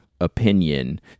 opinion